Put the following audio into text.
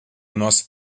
nosso